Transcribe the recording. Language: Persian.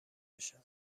بشم